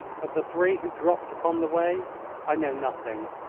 of the three who dropped upon the way i know nothing.